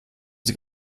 sie